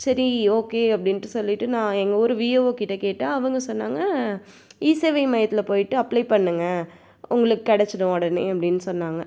சரி ஓகே அப்படின்ட்டு சொல்லிவிட்டு நான் எங்கள் ஊர் விஎஓ கிட்ட கேட்டேன் அவங்க சொன்னாங்க இசேவை மையத்தில் போயிட்டு அப்ளை பண்ணுங்கள் உங்களுக்கு கிடச்சிடும் உடனே அப்படின்னு சொன்னாங்க